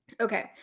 Okay